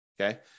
Okay